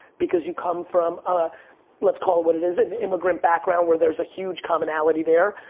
because you come from, ah let's call it what it is, an immigrant background where there's a huge commonality there.